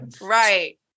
Right